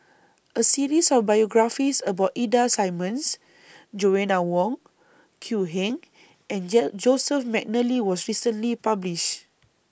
A series of biographies about Ida Simmons Joanna Wong Quee Heng and Joseph Mcnally was recently published